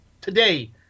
today